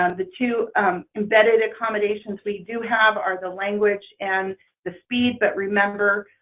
um the two embedded accommodations we do have are the language and the speed but remember